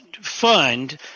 fund